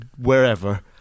wherever